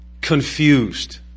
confused